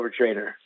overtrainer